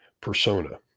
persona